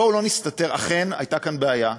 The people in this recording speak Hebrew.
בואו לא נסתתר, אכן הייתה כאן בעיה,